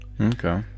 okay